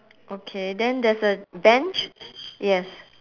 okay then there's a bench yes